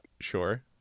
Sure